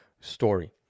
story